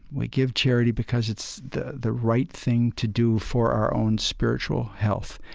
we give charity because it's the the right thing to do for our own spiritual health.